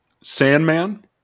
Sandman